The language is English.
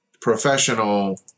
professional